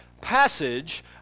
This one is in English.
passage